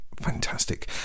fantastic